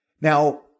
Now